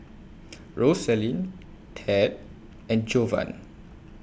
Rosalyn Tad and Jovan